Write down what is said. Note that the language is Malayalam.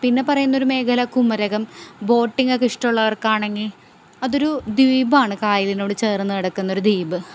പിന്നെ പറയുന്നത് ഒരു മേഖല കുമരകം ബോട്ടിങ്ങൊക്കെ ഇഷ്ടമുള്ളവർക്കാണെങ്കിൽ അതൊരു ദ്വീപാണ് കായലിനോട് ചേർന്ന് കിടക്കുന്ന ഒരു ദ്വീപ്